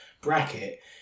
bracket